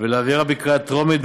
ולהעבירה בקריאה טרומית,